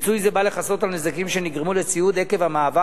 פיצוי זה בא לכסות על נזקים שנגרמו לציוד עקב המעבר